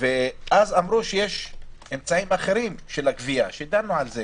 ואז אמרו שיש אמצעים אחרים של הגבייה שדנו על זה